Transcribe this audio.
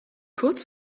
kurz